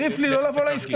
עדיף לי לא לבוא לעסקה.